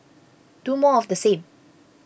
do more of the same